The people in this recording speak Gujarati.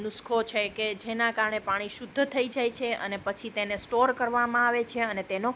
નુસ્ખો છે કે જેના કારણે પાણી શુદ્ધ થઈ જાય છે અને પછી તેને સ્ટોર કરવામાં આવે છે અને તેનો